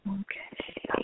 okay